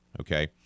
okay